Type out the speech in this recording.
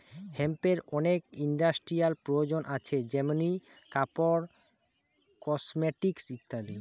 হেম্পের অনেক ইন্ডাস্ট্রিয়াল প্রয়োজন আছে যেমনি কাপড়, কসমেটিকস ইত্যাদি